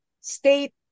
state